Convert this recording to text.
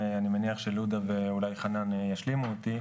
ואני מניח שלודה ואולי חנן ישלימו אותי.